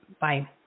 Bye